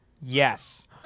Yes